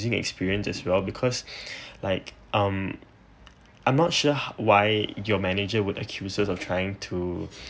confusing experience as well because like um I'm not sure ho~ why your manager would accuse us of trying to